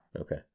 Okay